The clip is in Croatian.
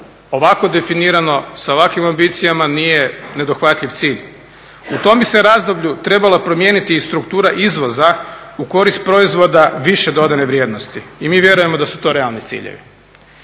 ovako definirano sa ovakvim ambicijama nije nedohvatljiv cilj. U tom bi se razdoblju trebala promijeniti i struktura izvoza u korist proizvoda više dodane vrijednosti. I mi vjerujemo da su to realni ciljevi.